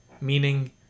meaning